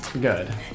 good